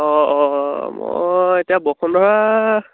অঁ অঁ মই এতিয়া বসুন্ধৰা